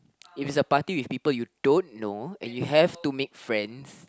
if it's a party with people you don't know if you have to make friends